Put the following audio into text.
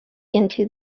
into